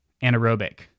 anaerobic